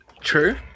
True